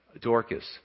Dorcas